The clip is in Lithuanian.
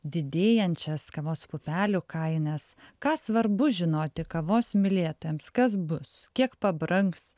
didėjančias kavos pupelių kainas ką svarbu žinoti kavos mylėtojams kas bus kiek pabrangs